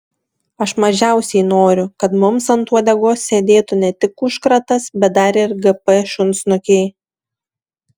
aš mažiausiai noriu kad mums ant uodegos sėdėtų ne tik užkratas bet dar ir gp šunsnukiai